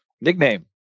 Nickname